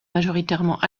majoritairement